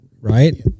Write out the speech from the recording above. right